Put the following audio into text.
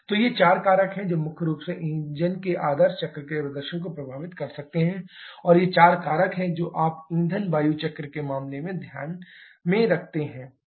तो ये चार कारक हैं जो मुख्य रूप से इंजन के आदर्श चक्र के प्रदर्शन को प्रभावित कर सकते हैं और ये चार कारक हैं जो आप ईंधन वायु चक्र के मामले में ध्यान में रखते हैं